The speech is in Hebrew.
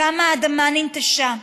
כמה אדמה ננטשה.